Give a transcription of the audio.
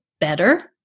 better